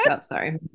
Sorry